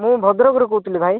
ମୁଁ ଭଦ୍ରକରୁ କହୁଥିଲି ଭାଇ